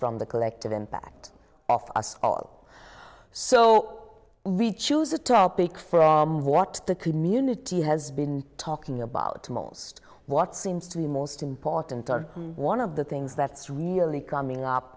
from the collective impact of us all so we choose a topic from what the community has been talking about most what seems to be most important or one of the things that's really coming up